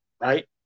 Right